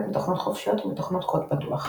מתוכנות חופשיות או מתוכנות קוד פתוח.